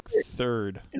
third